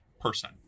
person